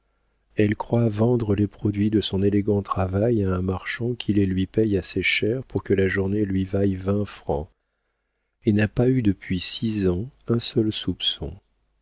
elle croit vendre les produits de son élégant travail à un marchand qui les lui paie assez cher pour que la journée lui vaille vingt francs et n'a pas eu depuis six ans un seul soupçon